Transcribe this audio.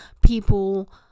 people